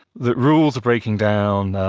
that rules are breaking down,